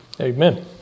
Amen